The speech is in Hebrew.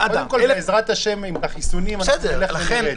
בעזרת השם עם החיסונים יהיו מעט.